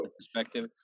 perspective